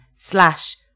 slash